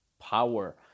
power